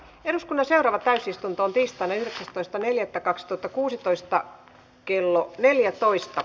eduskunnan seuraava täysistuntoon tiistaina yhdeksästoista neljättä kaks toto kuusitoista kello neljätoista